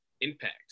impact